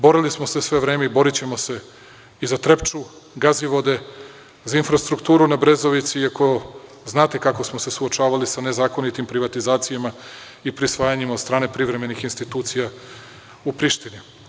Borili smo se sve vreme i borićemo se i za „Trepču“, Gazivode, za infrastrukturu na Brezovici, iako znate kako smo se suočavali sa nezakonitim privatizacijama i prisvajanjima od strane privremenih institucija u Prištini.